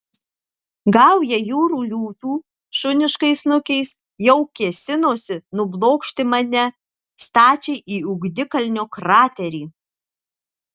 gauja jūrų liūtų šuniškais snukiais jau kėsinosi nublokšti mane stačiai į ugnikalnio kraterį